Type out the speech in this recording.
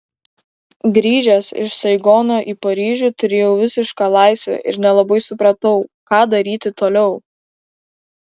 grįžęs iš saigono į paryžių turėjau visišką laisvę ir nelabai supratau ką daryti toliau